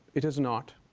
it is not.